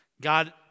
God